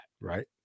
Right